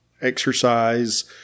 exercise